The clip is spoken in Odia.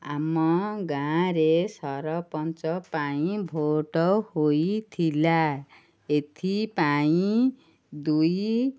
ଆମ ଗାଁରେ ସରପଞ୍ଚ ପାଇଁ ଭୋଟ୍ ହୋଇଥିଲା ଏଥିପାଇଁ ଦୁଇ